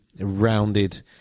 rounded